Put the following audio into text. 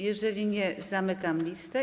Jeżeli nie, zamykam listę.